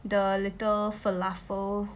the little falafel